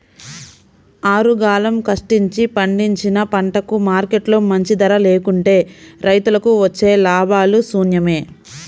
ఆరుగాలం కష్టించి పండించిన పంటకు మార్కెట్లో మంచి ధర లేకుంటే రైతులకు వచ్చే లాభాలు శూన్యమే